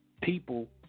people